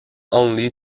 only